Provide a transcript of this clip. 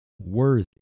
worthy